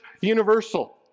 universal